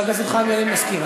חבר הכנסת חיים ילין מסכים.